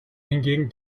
hingegen